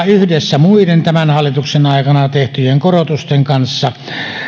yhdessä muiden tämän hallituksen aikana tehtyjen korotusten kanssa